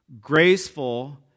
graceful